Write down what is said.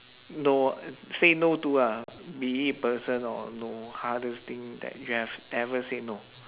no say no to ah be it person or no hardest thing that you have ever said no